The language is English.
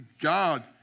God